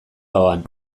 ahoan